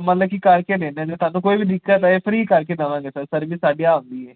ਮਤਲਬ ਕਿ ਕਰਕੇ ਦਿੰਦੇ ਜੋ ਤੁਹਾਨੂੰ ਕੋਈ ਵੀ ਦਿੱਕਤ ਆਏ ਫਰੀ ਕਰਕੇ ਦੇਵਾਂਗੇ ਸਰ ਸਰਵਿਸ ਸਾਡੀ ਆਪਣੀ ਹੈ